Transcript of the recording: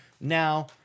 Now